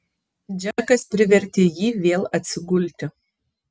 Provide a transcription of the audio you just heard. džekas privertė jį vėl atsigulti